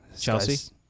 Chelsea